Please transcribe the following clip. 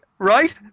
Right